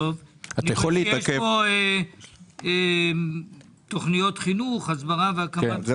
יש פה תוכניות חינוך, הסברה והקמה.